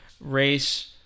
race